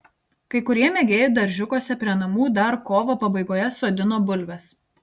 kai kurie mėgėjai daržiukuose prie namų dar kovo pabaigoje sodino bulves